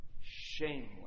shameless